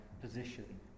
position